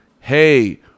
Hey